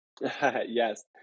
yes